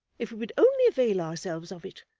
if we would only avail ourselves of it.